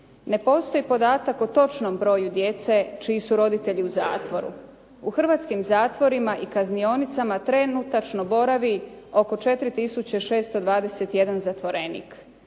Ne postoji podatak o točnom broju djece čiji su roditelji u zatvoru. U hrvatskim zatvorima i kaznionicama trenutačno boravi oko 4 tisuće 621 zatvorenik.